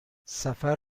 سفر